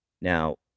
Now